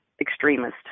extremist